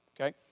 okay